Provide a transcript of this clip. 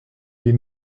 les